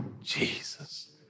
Jesus